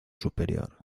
superior